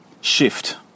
shift